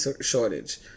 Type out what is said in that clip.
shortage